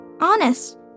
Honest